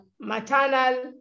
maternal